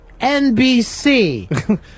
NBC